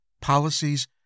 policies